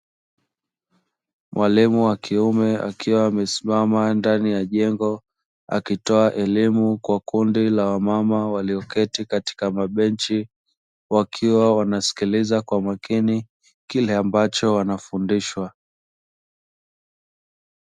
Mwalimu wa kiume akiwa amesimama ndani ya jengo, akitoa elimu kwa kundi la wamama walioketi katika mabenchi, wakiwa wanasikiliza kwa makini kile ambacho wanafundishwa.